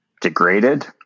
degraded